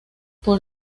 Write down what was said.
por